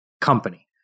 company